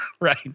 Right